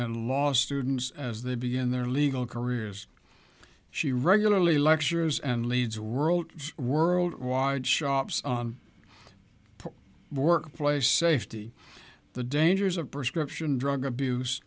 and law students as they begin their legal careers she regularly lectures and leads world world wide shops workplace safety the dangers of prescription drug abuse